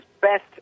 best